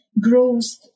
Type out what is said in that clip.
grows